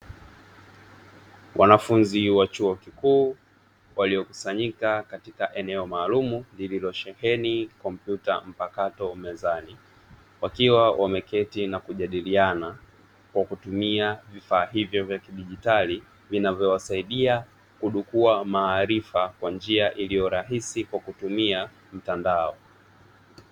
Wanafunzi wa chuo kikuu waliokusanyika katika eneo maalum, lililosheheni kompyuta mpakato mezani, wakiwa wameketi na kujadiliana kwa kutumia vifaa hivyo vya kidijitali vinavyowasaidia kudukuwa maarifa kwa njia iliyo rahisi kwa kutumia mtandao.